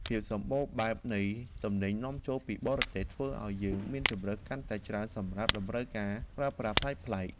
ភាពសម្បូរបែបនៃទំនិញនាំចូលពីបរទេសធ្វើឱ្យយើងមានជម្រើសកាន់តែច្រើនសម្រាប់តម្រូវការប្រើប្រាស់ប្លែកៗ។